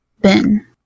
Ben